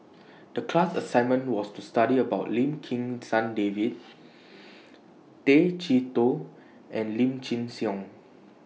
The class assignment was to study about Lim Kim San David Tay Chee Toh and Lim Chin Siong